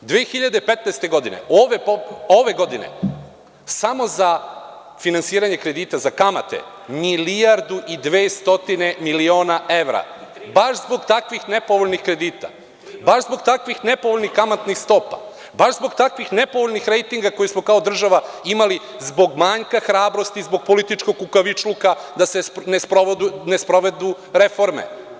Godine 2015, ove godine, samo za finansiranje kredita za kamate, milijardu i dve stotine miliona evra, baš zbog takvih nepovoljnih kredita, baš zbog takvih nepovoljnih kamatnih stopa, baš zbog takvih nepovoljnih rejtinga koje smo kao država imali zbog manjka hrabrosti, zbog političkog kukavičluka, da se ne sprovedu reforme.